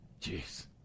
Jeez